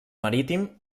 marítim